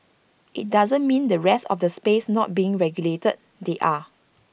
IT doesn't mean the rest of the space not being regulated they are